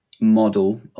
model